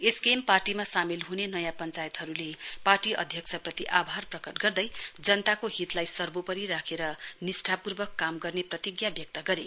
SKM पार्टीमा सामेल हने नयाँ पश्चायतहरुले पार्टी अध्यक्षप्रति आभार प्रकट गर्दै जनताको हितलाई सर्वोपरी राखेर निष्टापूर्वक काम गर्ने प्रतिज्ञा व्यक्त गरे